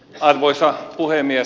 arvoisa puhemies